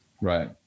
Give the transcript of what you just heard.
Right